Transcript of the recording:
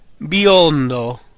Biondo